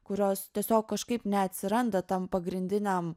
kurios tiesiog kažkaip neatsiranda tam pagrindiniam